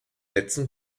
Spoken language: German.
letzten